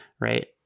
right